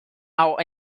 our